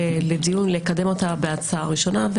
ההצעה לדיון ולקדם אותה לקריאה ראשונה.